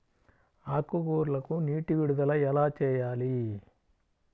ఆకుకూరలకు నీటి విడుదల ఎలా చేయాలి?